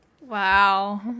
Wow